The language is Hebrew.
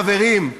חברים,